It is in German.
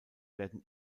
werden